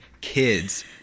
kids